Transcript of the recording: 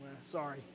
Sorry